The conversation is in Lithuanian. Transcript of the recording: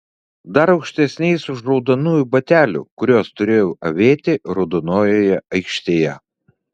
dar aukštesniais už raudonųjų batelių kuriuos turėjau avėti raudonojoje aikštėje